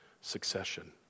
succession